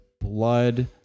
blood